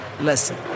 lesson